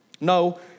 No